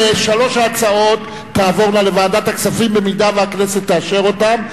שלוש ההצעות תעבורנה לוועדת הכספים במידה שהכנסת תאשר אותן.